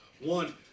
One